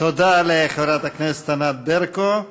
תודה לחברת הכנסת ענת ברקו.